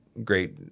great